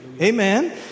Amen